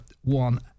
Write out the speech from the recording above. one